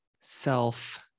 self